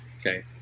okay